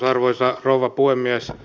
arvoisa rouva puhemies